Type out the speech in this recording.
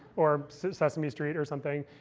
or sesame street, or something.